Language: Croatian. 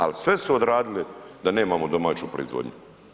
Ali sve su odradili da nemamo domaću proizvodnju.